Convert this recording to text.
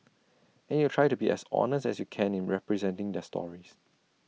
and you try to be as honest as you can in representing their stories